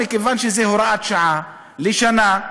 מכיוון שזו הוראת שעה לשנה,